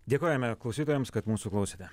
dėkojame klausytojams kad mūsų klausėte